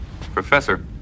Professor